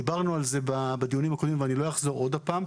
דיברנו על זה בדיונים הקודמים ואני לא אחזור על כך שוב.